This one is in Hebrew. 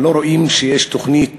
אנחנו לא רואים שיש תוכנית